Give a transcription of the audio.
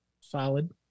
Solid